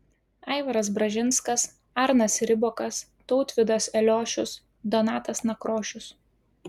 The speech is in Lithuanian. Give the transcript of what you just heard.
aivaras bražinskas arnas ribokas tautvydas eliošius donatas nakrošius